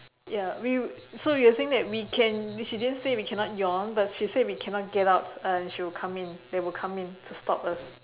ya we so you were saying that we can she didn't say we cannot yawn but she said we cannot get out and she will come in they will come in to stop us